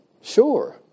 Sure